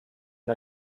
der